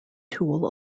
tool